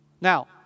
Now